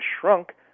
shrunk